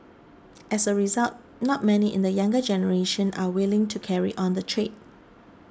as a result not many in the younger generation are willing to carry on the trade